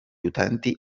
utenti